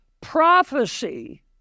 prophecy